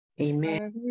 Amen